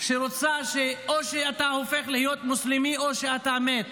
שרוצה שאו שאתה הופך להיות מוסלמי או שאתה מת.